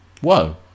whoa